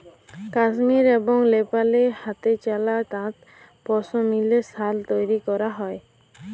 কাশ্মীর এবং লেপালে হাতেচালা তাঁতে পশমিলা সাল তৈরি ক্যরা হ্যয়